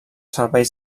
serveis